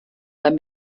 beim